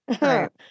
Right